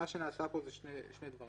נעשו פה שני דברים.